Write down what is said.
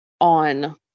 on